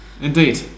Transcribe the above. Indeed